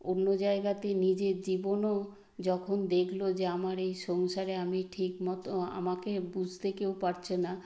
অন্য জায়গাতে নিজের জীবনও যখন দেখলো যে আমার এই সংসারে আমি ঠিক মতো আমাকে বুঝতে কেউ পারছে না